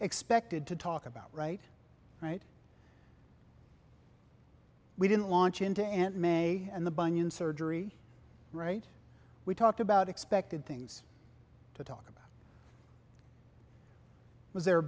expected to talk about right right we didn't launch into aunt may and the bunyan surgery right we talked about expected things to talk about was the